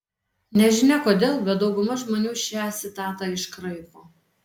nežinia kodėl bet dauguma žmonių šią citatą iškraipo